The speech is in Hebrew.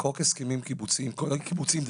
כולל קיבוצים,